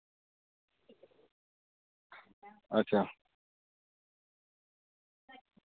अच्छा